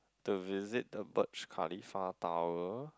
to visit the tower the the Burj Khalifa tower